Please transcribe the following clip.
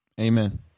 Amen